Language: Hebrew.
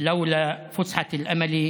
ללא שביב של תקווה.